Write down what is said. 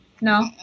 No